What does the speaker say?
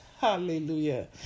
Hallelujah